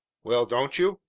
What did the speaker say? well, don't you?